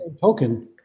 token